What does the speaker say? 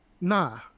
Nah